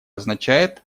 означает